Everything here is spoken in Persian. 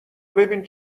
ببین